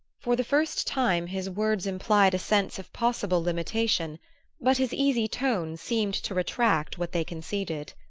for the first time his words implied a sense of possible limitation but his easy tone seemed to retract what they conceded.